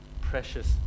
precious